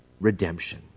redemption